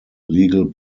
legal